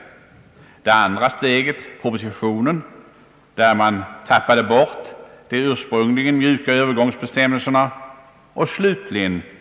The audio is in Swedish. Det andra steget var propositionen, där man tappade bort de ursprungligen mjuka övergångsbestämmelserna.